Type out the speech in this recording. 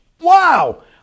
wow